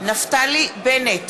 נפתלי בנט,